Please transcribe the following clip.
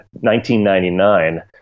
1999